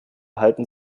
halten